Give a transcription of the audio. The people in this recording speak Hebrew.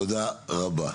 תודה רבה.